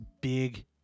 big